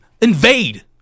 invade